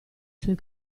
suoi